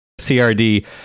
CRD